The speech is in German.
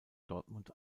dortmund